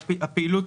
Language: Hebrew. הפעילות,